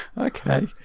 okay